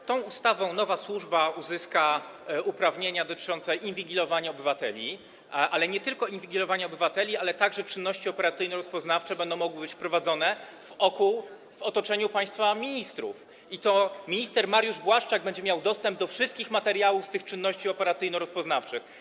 W tej ustawie nowa służba uzyska uprawnienia dotyczące inwigilowania obywateli, ale nie tylko inwigilowania obywateli, bo czynności operacyjno-rozpoznawcze będą mogły być prowadzone także wokół, w otoczeniu państwa ministrów, i to minister Mariusz Błaszczak będzie miał dostęp do wszystkich materiałów z tych czynności operacyjno-rozpoznawczych.